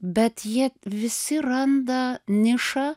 bet jie visi randa nišą